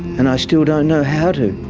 and i still don't know how to.